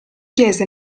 chiese